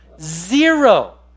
Zero